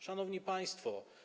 Szanowni Państwo!